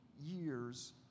years